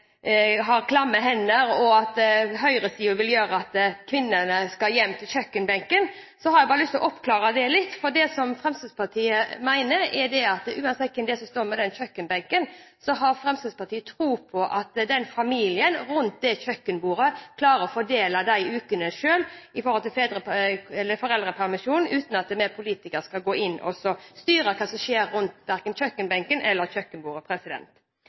har lyst til å kommentere. Når representanten Kåre Simensen snakker om at høyresiden mener at regjeringspartiene har klamme hender, og at høyresiden vil at kvinnene skal hjem til kjøkkenbenken, har jeg bare lyst til å oppklare det litt. Fremskrittspartiet mener og tror at uansett hvem som står ved den kjøkkenbenken, klarer familien rundt det kjøkkenbordet selv å fordele de ukene med foreldrepermisjonen, uten at vi politikere skal gå inn og styre hva som skjer rundt verken kjøkkenbenken eller kjøkkenbordet.